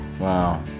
Wow